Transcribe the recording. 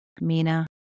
Mina